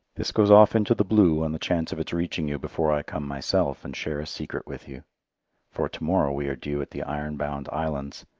this goes off into the blue on the chance of its reaching you before i come myself and share a secret with you for to-morrow we are due at the iron bound islands,